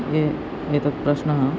ये एतत् प्रश्नः